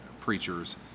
preachers